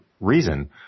reason